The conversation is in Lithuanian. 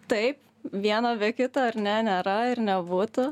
taip vieno be kito ar ne nėra ir nebūtų